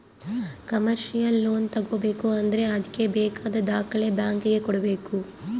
commercial loan ತಗೋಬೇಕು ಅಂದ್ರೆ ಅದ್ಕೆ ಬೇಕಾದ ದಾಖಲೆ ಬ್ಯಾಂಕ್ ಗೆ ಕೊಡ್ಬೇಕು